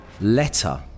Letter